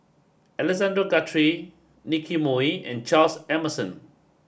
Alexander Guthrie Nicky Moey and Charles Emmerson